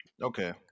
Okay